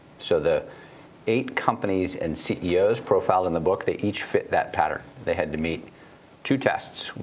so the eight companies and ceos profiled in the book, they each fit that pattern. they had to meet two tests.